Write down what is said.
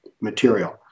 material